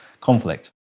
conflict